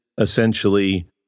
essentially